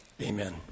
Amen